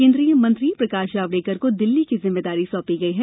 केन्द्रीय मंत्री प्रकाश जावड़ेकर को दिल्ली की जिम्मेदारी सौंपी गई है